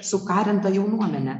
sukarinta jaunuomene